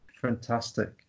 Fantastic